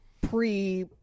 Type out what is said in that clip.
pre